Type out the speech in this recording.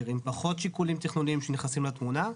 עם פחות שיקולים תכנוניים שנכנסים לתמונה,